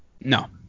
No